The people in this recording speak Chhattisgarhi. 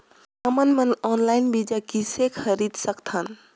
हमन मन ऑनलाइन बीज किसे खरीद सकथन?